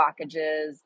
blockages